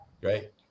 Great